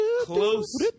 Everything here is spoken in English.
close